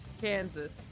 Kansas